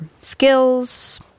skills